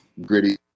gritty